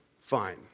Fine